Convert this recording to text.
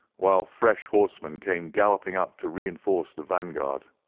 while fresh horsemen came galloping up to reinforce the vanguard.